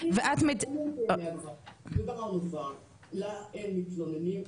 --- לה אין מתלוננים.